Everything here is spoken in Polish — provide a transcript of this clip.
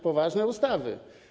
Poważne ustawy.